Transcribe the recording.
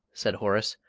said horace,